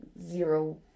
zero